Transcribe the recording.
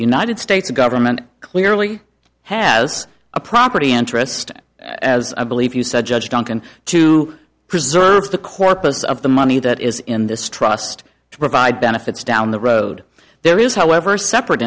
united states government clearly has a property interest as i believe you said judge duncan to preserve the corpus of the money that is in this trust to provide benefits down the road there is however separate